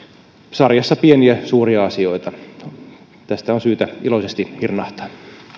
sarjassa pieniä suuria asioita tästä on syytä iloisesti hirnahtaa